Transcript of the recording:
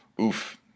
oof